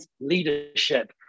leadership